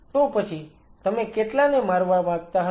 તો પછી તમે કેટલાને મારવા માંગતા હતા